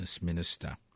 minister